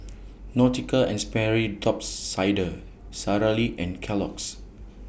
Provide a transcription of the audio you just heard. Nautica and Sperry Top Sider Sara Lee and Kellogg's